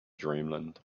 dreamland